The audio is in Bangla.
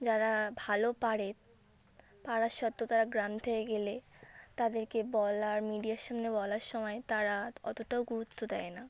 যারা ভালো পারে পারা সত্ত্বেও তারা গ্রাম থেকে গেলে তাদেরকে বলার মিডিয়ার সামনে বলার সময় তারা অতোটাও গুরুত্ব দেয় না